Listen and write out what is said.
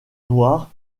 noires